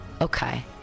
okay